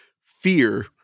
Fear –